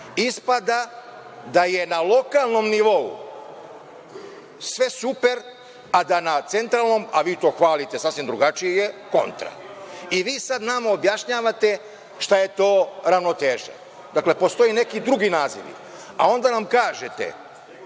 Ispada da je na lokalnom nivou sve super, a da je na centralnom, a vi to hvalite sasvim drugačije, kontra. I vi sad nama objašnjavate šta je to ravnoteža. Dakle, postoje neki drugi nazivi, a onda nam kažete